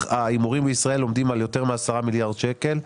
ההימורים בישראל עומדים על יותר מ-10 מיליארד שקלים,